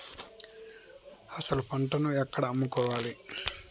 అసలు పంటను ఎక్కడ అమ్ముకోవాలి?